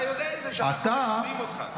אתה יודע שאנחנו מכבדים אותך.